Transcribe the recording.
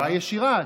בחירה ישירה,